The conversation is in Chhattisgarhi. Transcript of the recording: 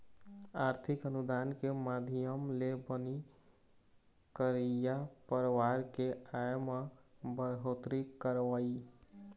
आरथिक अनुदान के माधियम ले बनी करइया परवार के आय म बड़होत्तरी करवई